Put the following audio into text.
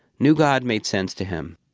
new god made sense to him,